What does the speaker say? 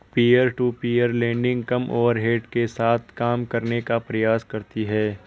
peer to peer lending कम overhead के साथ काम करने का प्रयास करती हैं